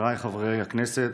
חבריי חברי הכנסת,